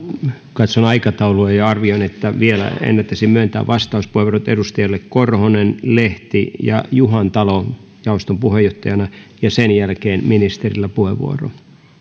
katson aikataulua ja arvioin että vielä ennättäisin myöntää vastauspuheenvuorot edustajille korhonen lehti ja juhantalo jaoston puheenjohtajana ja sen jälkeen on ministerillä puheenvuoro